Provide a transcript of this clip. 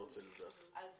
אנחנו